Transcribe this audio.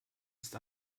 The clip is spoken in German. ist